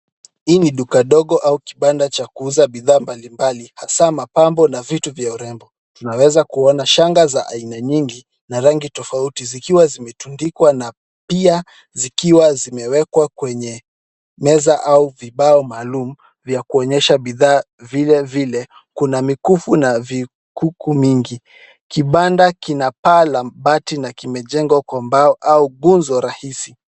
Hii ni duka dogo au kibanda cha kuuza bidhaa mbalimbali hasa mapambo na vitu vya urembo. Tunaweza kuona shanga za aina nyingi na rangi tofauti zikiwa zimetundikwa na pia zikiwa zimewekwa kwenye meza au vibao maalum vya kuonyesha bidhaa. Vilevile kuna mikufu na vikuku mingi. Kibanda kina paa la mabati na kimejengwa kwa mbao au nguzo rahisi.